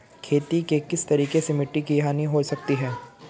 खेती के किस तरीके से मिट्टी की हानि हो सकती है?